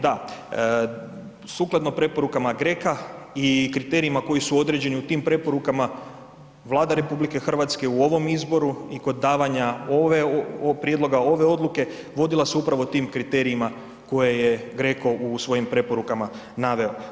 Da, sukladno preporukama GRACO-a i kriterijima koji su određeni u tim preporukama Vlada RH u ovom izboru i kod davanja prijedloga ove odluke vodila se upravo tim krit4erijma koje je GRECO u svojim preporukama naveo.